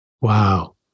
Wow